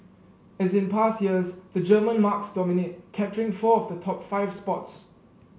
as in past years the German marques dominate capturing four of the top five spots